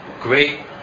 great